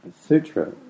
sutra